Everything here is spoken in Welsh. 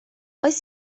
oes